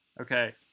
Okay